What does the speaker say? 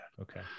Okay